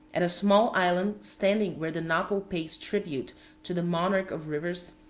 at a small island standing where the napo pays tribute to the monarch of rivers,